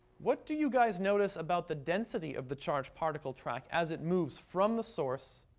what do you guys notice about the density of the charged particle track as it moves from the source